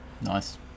Nice